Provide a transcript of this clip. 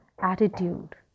attitude